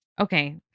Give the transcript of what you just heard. okay